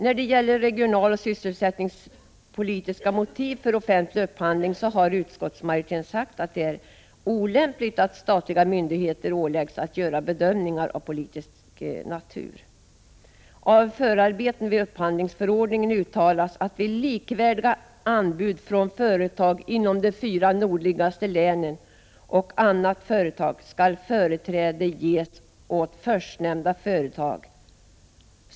När det gäller regionaloch sysselsättningspolitiska motiv för offentlig upphandling har utskottsmajoriteten sagt att det är olämpligt att statliga myndigheter åläggs att göra bedömningar av politisk natur. I förarbetena till upphandlingsförordningen uttalas att det vid likvärdiga anbud från företag inom de fyra nordligaste länen och annat företag skall ges företräde åt förstnämnda företag.